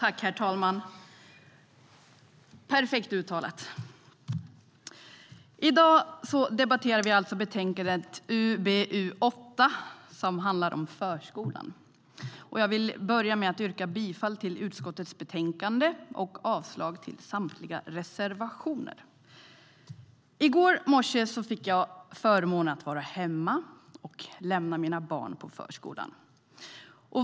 Herr talman! I dag debatterar vi alltså betänkande UbU8 som handlar om förskolan. Jag vill börja med att yrka bifall till utskottets förslag i betänkandet och avslag på samtliga reservationer.I går morse fick jag förmånen att vara hemma och lämna mina barn på förskolan.